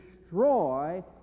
destroy